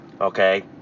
okay